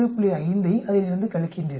5 ஐ அதிலிருந்து கழிக்கின்றீர்கள்